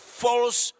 false